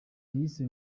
yahise